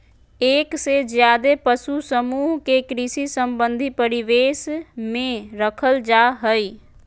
एक से ज्यादे पशु समूह के कृषि संबंधी परिवेश में रखल जा हई